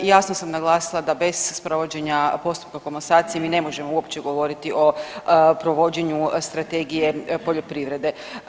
Jasno sam naglasila da bez provođenja postupka komasacije mi ne možemo uopće govoriti o provođenju strategije poljoprivrede.